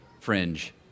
fringe